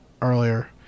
earlier